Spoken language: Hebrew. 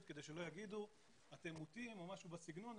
כדי שלא יגידו שאנחנו מוטים או משהו בסגנון,